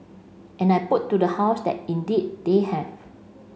and I put to the House that indeed they have